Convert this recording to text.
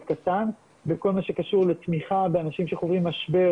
קטן בכל מה שקשור לתמיכה באנשים שחווים משבר